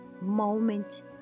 moment